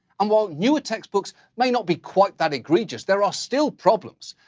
and while newer textbooks may not be quite that egregious, there are still problems.